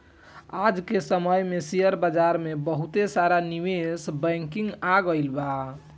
आज के समय में शेयर बाजार में बहुते सारा निवेश बैंकिंग आ गइल बा